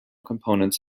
components